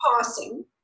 passing